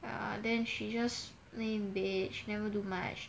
uh then she just lay in bed she never do much